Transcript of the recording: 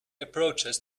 approaches